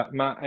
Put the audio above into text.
ma